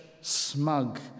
smug